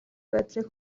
байдлыг